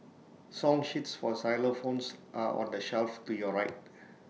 song sheets for xylophones are on the shelf to your right